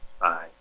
Bye